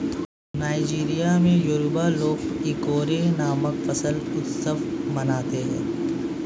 Nigeria में Yoruba लोग Ikore नामक फसल उत्सव मनाते हैं